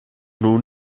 nun